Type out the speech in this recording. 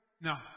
No